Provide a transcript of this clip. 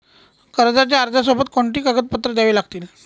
कर्जाच्या अर्जासोबत कोणती कागदपत्रे द्यावी लागतील?